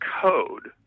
code